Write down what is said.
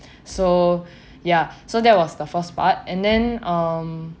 so ya so that was the first part and then um